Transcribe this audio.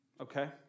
Okay